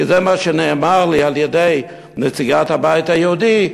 כי זה מה שנאמר לי על-ידי נציגת הבית היהודי,